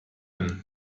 hin